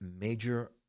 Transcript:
major